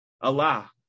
Allah